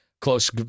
Close